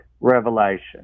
revelation